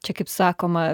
čia kaip sakoma